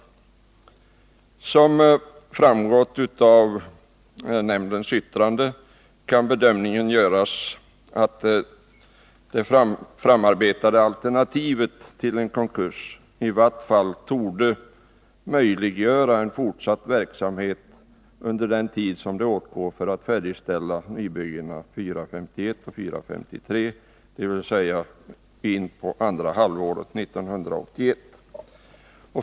Såsom framgått av nämndens yttrande kan den bedömningen göras att det framarbetade alternativet till en konkurs i vart fall torde möjliggöra en fortsatt verksamhet under den tid som åtgår för färdigställandet av nybyggnad 451 och 453, dvs. in på andra halvåret 1981.